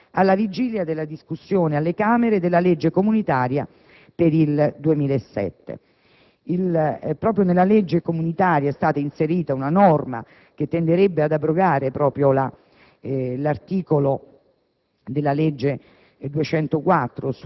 È importante rinnovare questo impegno alla vigilia della discussione alle Camere della legge comunitaria per il 2007. Proprio nella legge comunitaria è stata inserita una norma che tenderebbe ad abrogare l'articolo